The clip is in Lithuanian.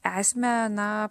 esmę na